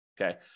Okay